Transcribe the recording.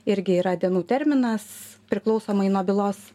irgi yra dienų terminas priklausomai nuo bylos